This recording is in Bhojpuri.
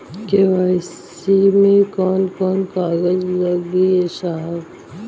के.वाइ.सी मे कवन कवन कागज लगी ए साहब?